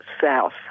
south